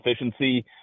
efficiency